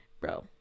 Bro